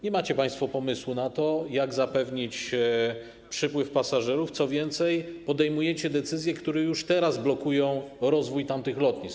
Nie macie państwo pomysłu na to, jak zapewnić przypływ pasażerów, co więcej, podejmujecie decyzje, które już teraz blokują rozwój tamtych lotnisk.